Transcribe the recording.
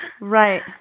Right